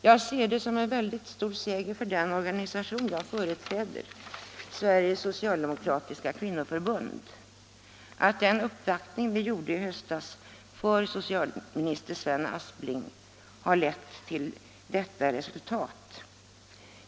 Jag ser det som en stor seger för den organisation jag företräder — Sveriges socialdemokratiska kvinnoförbund — att den uppvaktning vi i höstas gjorde hos socialminister Sven Aspling har lett till detta resultat.